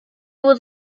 would